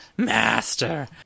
master